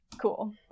Cool